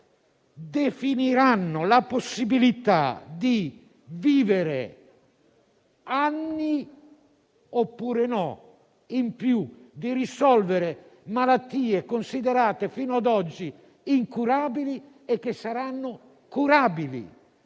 definiranno la possibilità di vivere o meno degli anni in più, di risolvere o meno malattie considerate fino ad oggi incurabili e che saranno curabili,